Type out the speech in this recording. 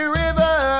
river